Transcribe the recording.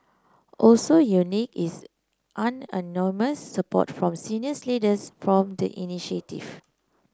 also unique is support from senior leaders for the initiative